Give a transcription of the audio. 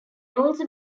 also